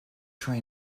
try